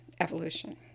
evolution